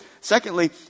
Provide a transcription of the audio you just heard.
Secondly